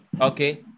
Okay